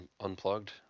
unplugged